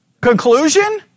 Conclusion